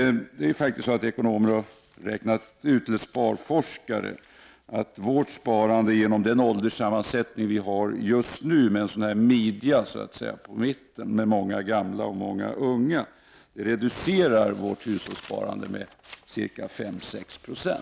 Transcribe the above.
Sparforskare har ju faktiskt räknat ut att vårt sparande, genom den ålderssammansättning vi just nu har, med vad man skulle kunna kalla en ”midja” på mitten och många gamla och många unga, nu reduceras med ca 5-6 7